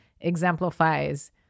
exemplifies